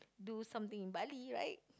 do something in Bali right